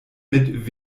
mit